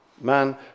Man